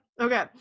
Okay